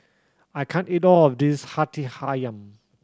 I can't eat all of this Hati